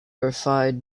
provide